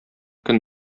көн